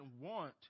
want